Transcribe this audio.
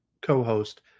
co-host